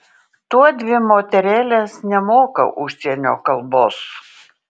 tuodvi moterėlės nemoka užsienio kalbos